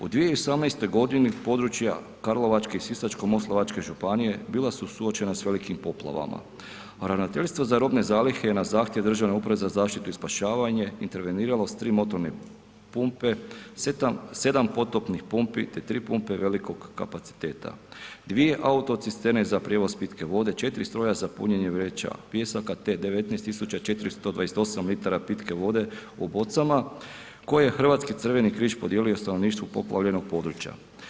U 2018. g. područja Karlovačke i Sisačko-moslavačke županije bila su suočena sa velikim poplavama a Ravnateljstvo za robne zalihe na zahtjev Državne uprave za zaštitu i spašavanje interveniralo je s motorne pumpe, 7 potopnih pumpi te 3 pumpe velikog kapaciteta, 2 autocisterne za prijevoz pitke vode, 4 stroja za punjenje vreća pijesaka te 19 428 litara pitke vode u bocama koje je Hrvatski crveni križ podijelio stanovništvu poplavljenog područja.